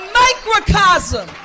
microcosm